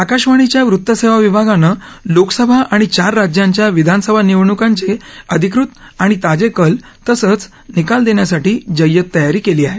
आकाशवाणीच्या वृत्त सेवा विभागानं लोकसभा आणि चार राज्यांच्या विधानसभा निवडणूकांचे अधिकृत आणि ताजे कल तसंच निकाल देण्यासाठी जय्यत तयारी केली आहे